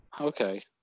Okay